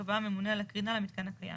שקבע הממונה על הקרינה למיתקן הקיים,